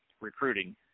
recruiting